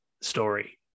story